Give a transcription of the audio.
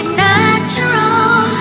natural